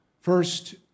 First